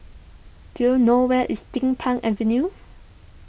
do you know where is Din Pang Avenue